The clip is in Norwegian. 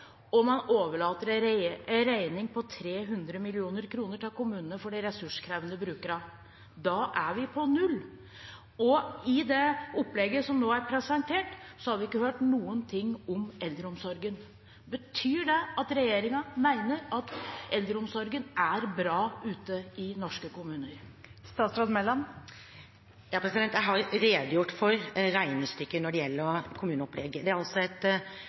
og man overlater en regning på 300 mill. kr til kommunene for de ressurskrevende brukerne. Da er vi på null. Og i det opplegget som nå er presentert, har vi ikke hørt noe om eldreomsorgen. Betyr det at regjeringen mener at eldreomsorgen i norske kommuner er bra? Jeg har redegjort for regnestykket når det gjelder kommuneopplegget. Det er et kommuneopplegg med frie inntekter på 2,6 mrd. kr. Det dekker pensjon og demografi. Hva er